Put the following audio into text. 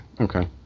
okay